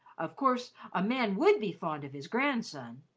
of course a man would be fond of his grandson.